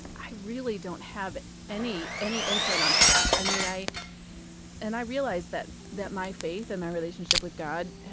i really don't have any any insight onto that. i mean, i and i realized that that my faith and my relationship with god